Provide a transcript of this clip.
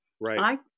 Right